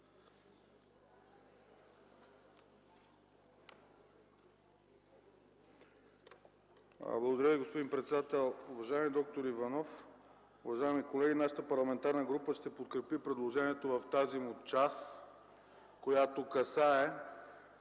Благодаря Ви, господин председател! Уважаеми д-р Иванов, уважаеми колеги! Нашата парламентарна група ще подкрепи предложението в тази му част, която касае